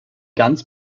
ganz